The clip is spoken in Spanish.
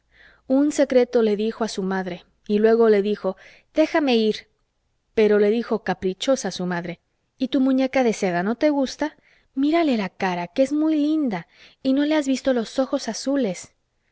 un secreto le dijo a su madre y luego le dijo déjame ir pero le dijo caprichosa su madre y tu muñeca de seda no te gusta mírale la cara que es muy linda y no le has visto los ojos azules